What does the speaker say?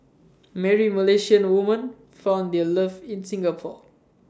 many Malaysian woman found their love in Singapore